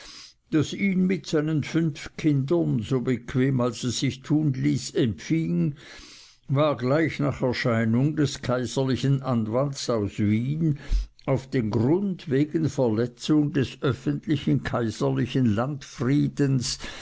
das ihn mit seinen fünf kindern so bequem als es sich tun ließ empfing war gleich nach erscheinung des kaiserlichen anwalts aus wien auf den grund wegen verletzung des öffentlichen kaiserlichen